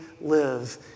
live